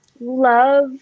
love